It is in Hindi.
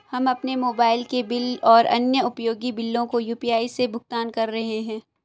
हम अपने मोबाइल के बिल और अन्य उपयोगी बिलों को यू.पी.आई से भुगतान कर रहे हैं